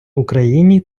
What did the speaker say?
україні